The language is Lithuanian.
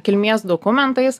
kilmės dokumentais